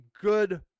good